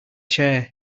chair